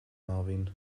marvin